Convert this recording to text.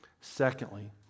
Secondly